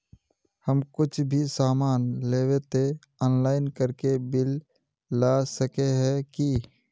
हम कुछ भी सामान लेबे ते ऑनलाइन करके बिल ला सके है की?